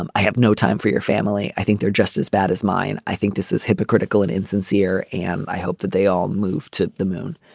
um i have no time for your family. i think they're just as bad as mine. i think this is hypocritical and insincere and i hope that they all move to the moon.